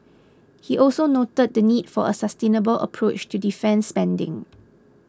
he also noted the need for a sustainable approach to defence spending